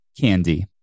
candy